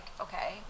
okay